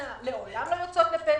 שממנה לעולם לא יוצאות לפנסיה,